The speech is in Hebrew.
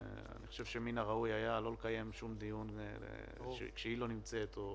ומן הראוי היה לא לקיים שום דיון כשהיא לא נמצאת.